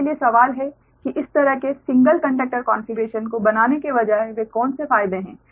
आपके लिए सवाल है कि इस तरह के सिंगल कंडक्टर कॉन्फ़िगरेशन को बनाने के बजाय वे कौन से फायदे हैं